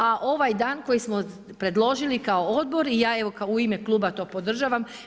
A ovaj dan koji smo predložili kao odbor i ja evo u ime kluba to podržavam.